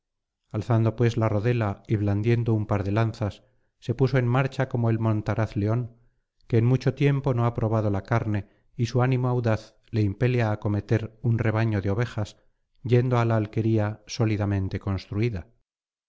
alzando pues la rodela y blandiendo un par de lanzas se puso en marcha como el montaraz león que en mucho tiempo no ha probado la carne y su ánimo audaz le impele á acometer un rebaño de ovejas yendo á la alquería sólidamente construida